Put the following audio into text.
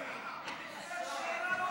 8)